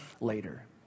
later